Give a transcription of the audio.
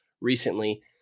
recently